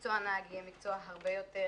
שמקצוע נהג יהיה מקצוע הרבה יותר